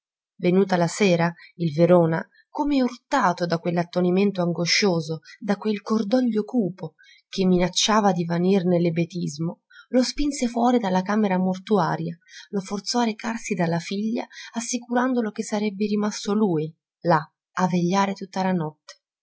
venuta la sera il verona come urtato da quell'attonimento angoscioso da quel cordoglio cupo che minacciava di vanir nell'ebetismo lo spinse fuori della camera mortuaria lo forzò a recarsi dalla figlia assicurandolo che sarebbe rimasto lui là a vegliare tutta la notte